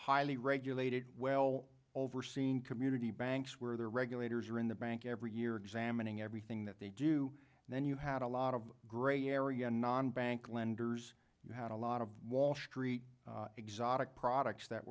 highly regulated well overseen community banks where the regulators are in the bank every year examining everything that they do and then you had a lot of gray area non bank lenders you had a lot of wall street exotic products that